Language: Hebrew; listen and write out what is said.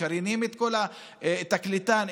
משריינים תקליטן,